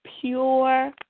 Pure